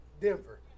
Denver